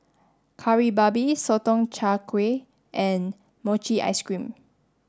Kari Babi Sotong Char Kway and Mochi ice cream